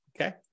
Okay